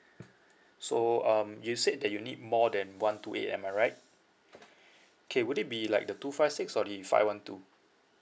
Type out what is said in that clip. so um you said that you need more than one two eight am I right K would it be like the two five six or the five one two